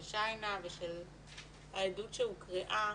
של שיינא והעדות שהוקראה,